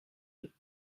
villes